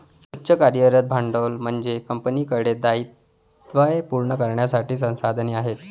उच्च कार्यरत भांडवल म्हणजे कंपनीकडे दायित्वे पूर्ण करण्यासाठी संसाधने आहेत